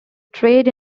trade